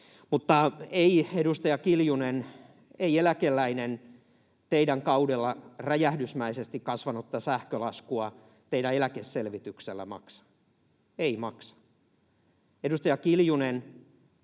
Mutta ei, edustaja Kiljunen, eläkeläinen teidän kaudellanne räjähdysmäisesti kasvanutta sähkölaskua teidän eläkeselvityksellä maksa — ei maksa.